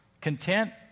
content